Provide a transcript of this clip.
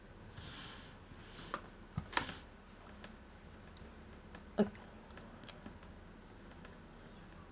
uh